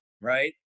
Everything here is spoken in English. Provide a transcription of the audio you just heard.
right